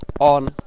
on